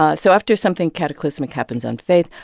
ah so after something cataclysmic happens on faith,